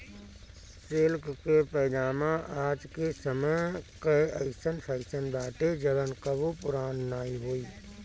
silk के कुरता पायजामा आज के समय कअ अइसन फैशन बाटे जवन कबो पुरान नाइ होई